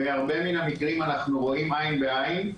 והרבה מהמקרים אנחנו רואים עין בעין.